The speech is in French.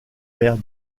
père